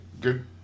Good